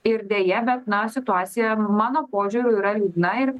ir deja bet na situacija mano požiūriu yra liūdna ir